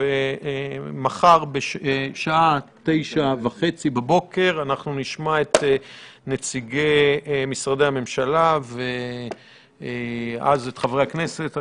ומחר בשעה 9:30 אנחנו נשמע את נציגי משרדי הממשלה ואז את חברי הכנסת.